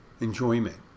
enjoyment